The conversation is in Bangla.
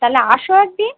তাহলে এসো এক দিন